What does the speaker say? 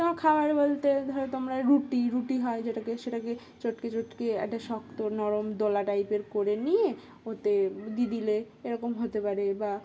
তো খাাবার বলতে ধরো তোমরা রুটি রুটি হয় যেটাকে সেটাকে চটকে চটকে একটা শক্ত নরম দলা টাইপের করে নিয়ে ওতে দি দিলে এরকম হতে পারে বা